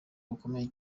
bukomeye